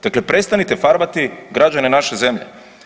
Dakle, prestanite farbati građane naše zemlje.